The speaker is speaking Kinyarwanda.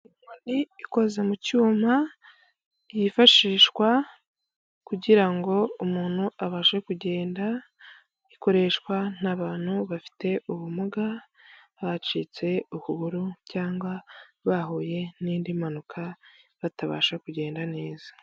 Inkoni ikoze mu cyuma yifashishwa kugira ngo umuntu abashe kugenda ikoreshwa n'abantu bafite ubumuga, bacitse ukuguru cyangwa bahuye n'indi mpanuka batabasha kugenda neza.